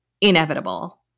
inevitable